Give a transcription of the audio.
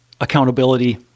accountability